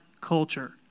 culture